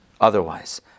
otherwise